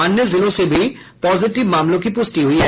अन्य जिलों से भी पॉजिटिव मामलों की पुष्टि हुई है